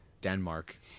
Denmark